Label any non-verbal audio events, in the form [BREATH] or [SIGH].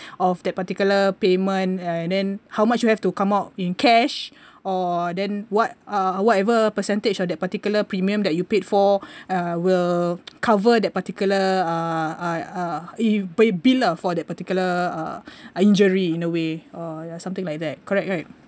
of that particular payment and then how much you have to come out in cash or then what uh whatever percentage of that particular premium that you paid for [BREATH] uh will cover that particular uh uh uh if b~ bill lah for that particular uh uh injury in a way or ya something like that correct right